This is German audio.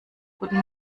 guten